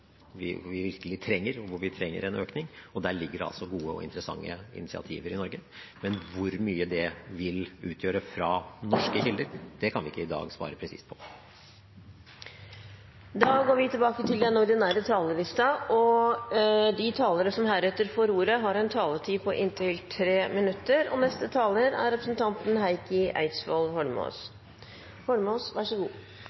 vi virkelig trenger, og at vi trenger en økning. Der ligger det altså gode og interessante initiativer i Norge. Men hvor mye det vil utgjøre fra norske kilder, kan vi ikke i dag svare presist på. Replikkordskiftet er omme. De talere som heretter får ordet, har en taletid på inntil 3 minutter. Kan jeg ikke bare begynne med å si at jeg synes det er